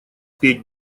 петь